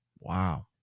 Wow